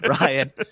Ryan